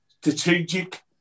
strategic